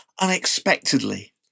unexpectedly